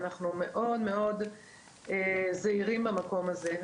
אנחנו מאוד זהירים במקום הזה.